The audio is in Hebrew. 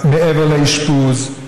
מעבר לאשפוז,